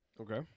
Okay